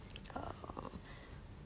err